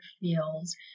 feels